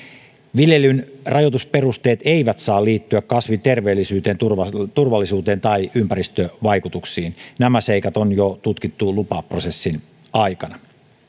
viljelyn rajoitusperusteet eivät saa liittyä kasvin terveellisyyteen turvallisuuteen turvallisuuteen tai ympäristövaikutuksiin nämä seikat on jo tutkittu lupaprosessin aikana